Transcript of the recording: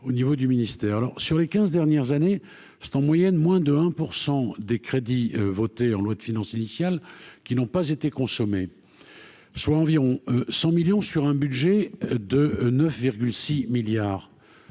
au niveau du ministère alors sur les 15 dernières années c'est en moyenne moins de 1 % des crédits votés en loi de finances initiale qui n'ont pas été consommée, soit environ 100 millions sur un budget de 9 6 milliards